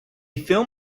film